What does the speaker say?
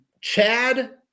Chad